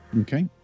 Okay